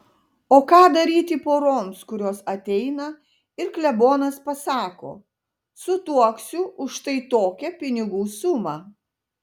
o ką daryti poroms kurios ateina ir klebonas pasako sutuoksiu už štai tokią pinigų sumą